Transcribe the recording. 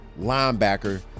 linebacker